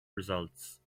results